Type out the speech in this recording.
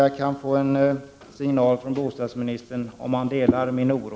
Jag hoppas få en signal från bostadsministern om han delar min oro.